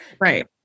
Right